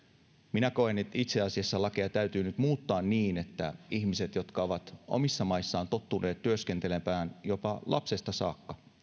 minä koen että itse asiassa lakeja täytyy nyt muuttaa niin että ihmiset jotka ovat omissa maissaan tottuneet työskentelemään jopa lapsesta saakka